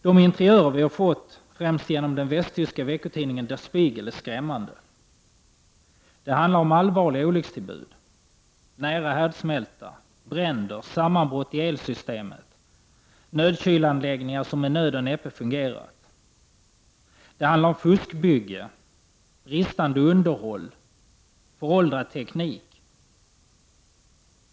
De interiörer vi har fått, främst genom den västtyska veckotidningen der Spiegel, är skrämmande. Det handlar om allvarliga olyckstillbud: Nära härdsmälta, bränder, sammanbrott i elsystem och nödkylanläggningar som med nöd och näppe fungerat. Det handlar om fuskbygge, bristande underhåll och föråldrad teknik.